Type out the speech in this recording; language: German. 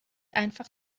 einfach